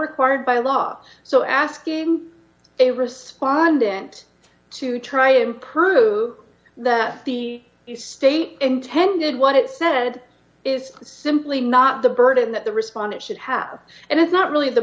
required by law so asking a respondent to try and prove that the state intended what it said is simply not the burden that the respondent should have and it's not really the